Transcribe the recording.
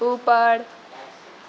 उपर